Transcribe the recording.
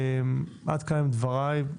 עד כאן דבריי.